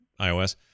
iOS